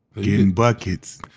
getting buckets.